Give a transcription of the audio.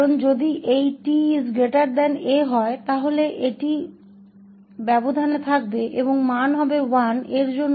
क्योंकि यदि यह 𝑡 𝑎 है तो यह अंतराल में समाहित होगा और 𝑡 𝑎 के लिए मान 1 होगा इस समाकल का मान और 0 और 𝑡 𝑎